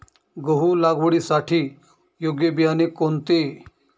गहू लागवडीसाठी योग्य बियाणे कोणते?